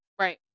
Right